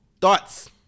Thoughts